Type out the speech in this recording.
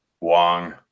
Wong